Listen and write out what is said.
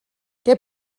què